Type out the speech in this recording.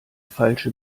falsche